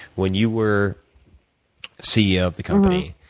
when you were ceo of the company,